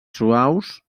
suaus